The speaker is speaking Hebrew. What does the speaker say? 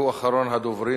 הוא אחרון הדוברים.